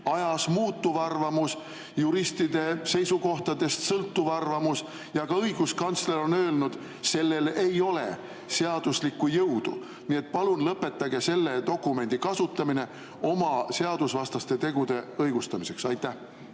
ajas muutuv arvamus, juristide seisukohtadest sõltuv arvamus. Ka õiguskantsler on öelnud, et sellel ei ole seaduslikku jõudu. Nii et palun lõpetage selle dokumendi kasutamine oma seadusvastaste tegude õigustamiseks. Aitäh,